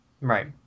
Right